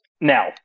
Now